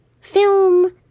film